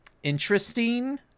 interesting